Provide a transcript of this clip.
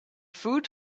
food